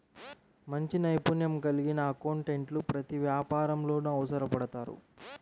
మంచి నైపుణ్యం కలిగిన అకౌంటెంట్లు ప్రతి వ్యాపారంలోనూ అవసరపడతారు